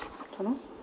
don't know